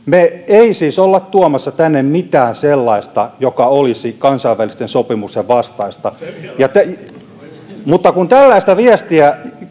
emme siis ole tuomassa tänne mitään sellaista joka olisi kansainvälisten sopimusten vastaista mutta kun tällaista viestiä